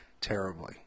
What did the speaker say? terribly